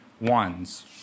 ones